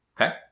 Okay